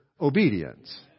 obedience